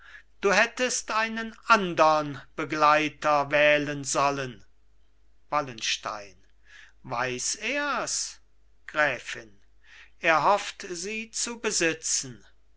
du hättest einen andern begleiter wählen sollen wallenstein weiß ers gräfin er hofft sie zu besitzen